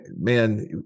man